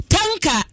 Tanka